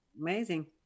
Amazing